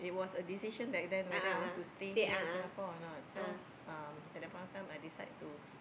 it was a decision back then whether I want to stay here in Singapore or not so um at that point of time I decide to